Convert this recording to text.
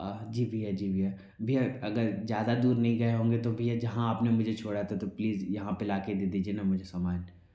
जी भैया जी भैया भैया अगर ज़्यादा दूर नहीं गए होंगे तो भैया जहाँ आपने मुझे छोड़ा था तो प्लीज़ यहाँ पर लाकर दे दीजिए न मुझे सामान